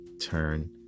turn